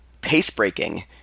pace-breaking